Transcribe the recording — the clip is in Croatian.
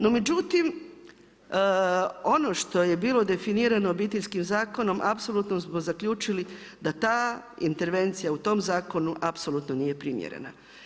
No međutim, ono što je bilo definirano Obiteljskim zakonom apsolutno smo zaključili da ta intervencija u tom zakonu apsolutno nije primjerena.